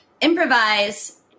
improvise